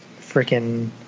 freaking